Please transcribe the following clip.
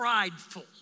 prideful